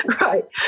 Right